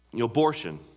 abortion